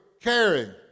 caring